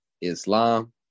Islam